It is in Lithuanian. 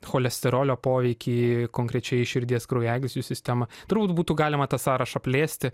cholesterolio poveikį konkrečiai širdies kraujagyslių sistemą turbūt būtų galima tą sąrašą plėsti